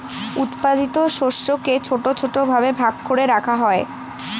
উৎপাদিত শস্যকে ছোট ছোট ভাবে ভাগ করে রাখা হয়